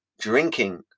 drinking